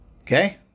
okay